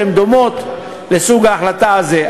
שהן דומות לסוג ההחלטה הזה.